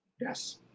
Yes